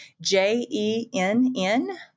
J-E-N-N